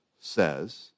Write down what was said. says